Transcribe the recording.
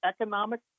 economic